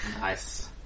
Nice